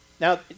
Now